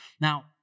Now